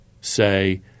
say